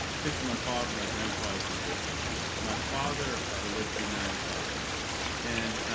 particularly my father, my grandfathers, my great-grandfathers. my father lived to be ninety five and,